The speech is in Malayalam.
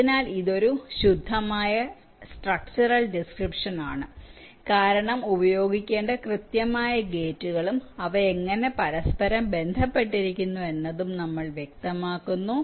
അതിനാൽ ഇത് ഒരു ശുദ്ധമായ സ്ട്രക്ച്ചറൽ ഡിസ്ക്രിപ്ഷൻ ആണ് കാരണം ഉപയോഗിക്കേണ്ട കൃത്യമായ ഗേറ്റുകളും അവ എങ്ങനെ പരസ്പരം ബന്ധപ്പെട്ടിരിക്കുന്നു എന്നതും നമ്മൾവ്യക്തമാക്കുന്നു